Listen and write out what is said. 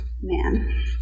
Man